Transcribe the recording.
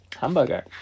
hamburger